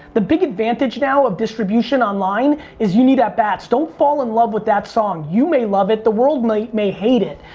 the big advantage now of distribution online is you need at-bats. don't fall in love with that song. you may love it. the world may may hate it.